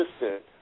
assistant